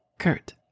Kurt